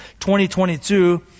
2022